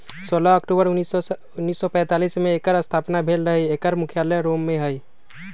सोलह अक्टूबर उनइस सौ पैतालीस में एकर स्थापना भेल रहै एकर मुख्यालय रोम में हइ